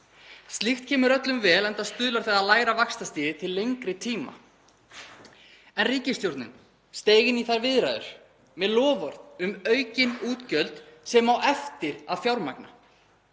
Slíkt kemur öllum vel enda stuðlar það að lægra vaxtastigi til lengri tíma. En ríkisstjórnin steig inn í þær viðræður með loforð um aukin útgjöld sem á eftir að fjármagna.